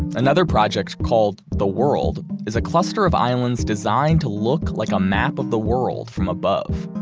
another project called the world is a cluster of islands designed to look like a map of the world from above.